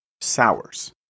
sours